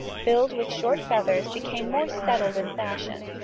filled with short feathers, became more settled in fashion,